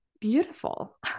beautiful